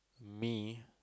me